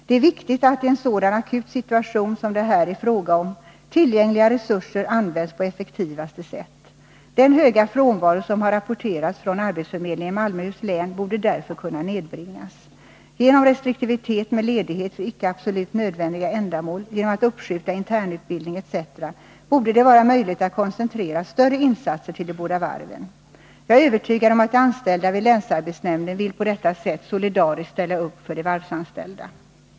Det är viktigt att tillgängliga resurser i en sådan akut situation som det här är fråga om används på effektivaste sätt. Den höga frånvaro som har rapporterats av arbetsförmedlingen i Malmöhus län borde därför kunna nedbringas. Genom att iaktta restriktivitet med ledighet för icke absolut nödvändiga ändamål, genom att uppskjuta internutbildning etc. borde det vara möjligt att koncentrera större insatser till de båda varven. Jag är övertygad om att de anställda vid länsarbetsnämnden vill på detta sätt solidariskt ställa upp för de varvsanställda.